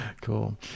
cool